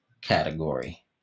category